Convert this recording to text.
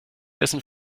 dessen